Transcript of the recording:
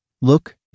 Look